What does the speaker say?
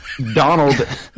Donald